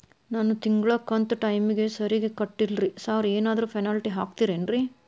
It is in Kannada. ನಾನು ತಿಂಗ್ಳ ಕಂತ್ ಟೈಮಿಗ್ ಸರಿಗೆ ಕಟ್ಟಿಲ್ರಿ ಸಾರ್ ಏನಾದ್ರು ಪೆನಾಲ್ಟಿ ಹಾಕ್ತಿರೆನ್ರಿ?